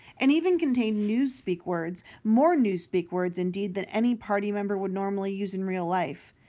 and even contained newspeak words more newspeak words, indeed, than any party member would normally use in real life.